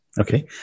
Okay